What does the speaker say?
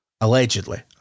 allegedly